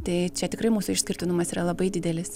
tai čia tikrai mūsų išskirtinumas yra labai didelis